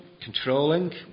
controlling